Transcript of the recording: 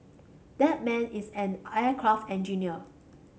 that man is an aircraft engineer